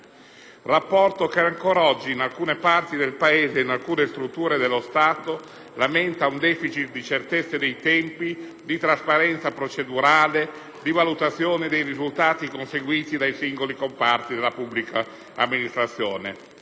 Rapporto che ancora oggi, in alcune parti del Paese e in alcune strutture dello Stato, lamenta un deficit di certezze dei tempi, di trasparenza procedurale, di valutazione dei risultati conseguiti dai singoli comparti della pubblica amministrazione.